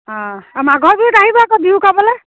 অঁ অঁ মাঘৰ বিহুত আহিবা আকৌ বিহু খাবলৈ